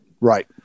Right